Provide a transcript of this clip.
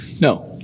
No